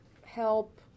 help